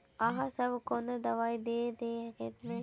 आहाँ सब कौन दबाइ दे है खेत में?